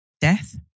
death